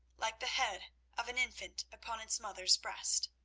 like the head of an infant upon its mother's breast.